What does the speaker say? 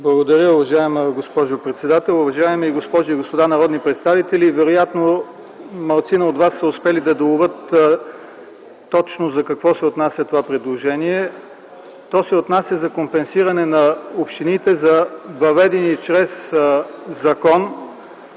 Благодаря, уважаема госпожо председател. Уважаеми госпожи и господа народни представители, вероятно малцина от вас са успели да доловят точно за какво се отнася това предложение. То се отнася за компенсиране на общините за въведени чрез закон